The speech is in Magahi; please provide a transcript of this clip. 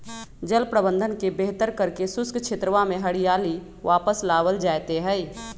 जल प्रबंधन के बेहतर करके शुष्क क्षेत्रवा में हरियाली वापस लावल जयते हई